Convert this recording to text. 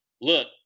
look